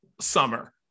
summer